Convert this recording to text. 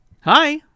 Hi